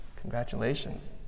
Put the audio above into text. congratulations